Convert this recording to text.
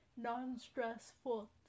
non-stressful